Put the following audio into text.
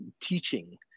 teaching